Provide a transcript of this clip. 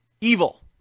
evil